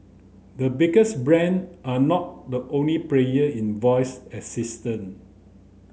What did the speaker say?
the biggest brand are not the only player in voice assistant